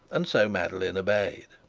and so madeline obeyed.